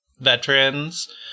veterans